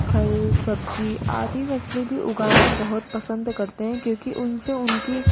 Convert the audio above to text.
फल सब्ज़ी आदि फसलें भी उगाना बहुत पसंद करते हैं क्योंकि उनसे उनकी